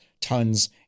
Tons